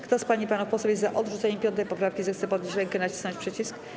Kto z pań i panów posłów jest za odrzuceniem 5. poprawki, zechce podnieść rękę i nacisnąć przycisk.